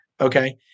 Okay